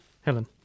Helen